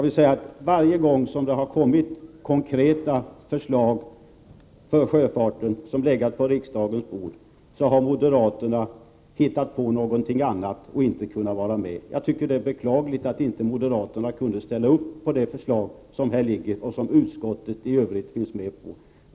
Till Tom Heyman vill jag säga att jag tycker att det är beklagligt att moderaterna inte kunde ställa upp för det förslag som här föreligger och som utskottet i övrigt biträder.